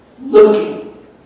looking